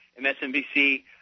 MSNBC